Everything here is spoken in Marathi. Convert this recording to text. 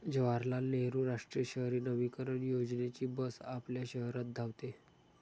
जवाहरलाल नेहरू राष्ट्रीय शहरी नवीकरण योजनेची बस आपल्या शहरात धावते